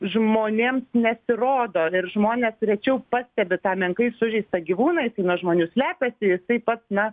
žmonėms nesirodo ir žmonės rečiau pastebi tą menkai sužeistą gyvūną jisai nuo žmonių slepiasi jisai pats na